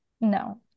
No